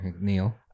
neil